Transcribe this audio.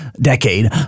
decade